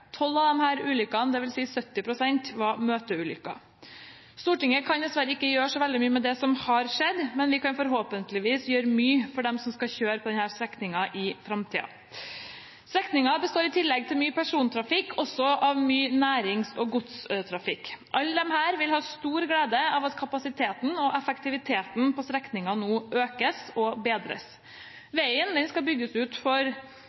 Tolv av disse ulykkene, dvs. 70 pst., var møteulykker. Stortinget kan dessverre ikke gjøre så mye med det som har skjedd, men vi kan forhåpentligvis gjøre mye for dem som skal kjøre på denne strekningen i framtiden. Strekningen består i tillegg til mye persontrafikk også av mye nærings- og godstrafikk. Alle disse vil ha stor glede av at kapasiteten og effektiviteten på strekningen nå økes og bedres. Veien skal bygges ut for